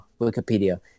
Wikipedia